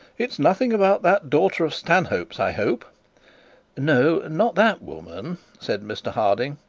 it's nothing about that daughter of stanhope's, i hope no, not that woman said mr harding,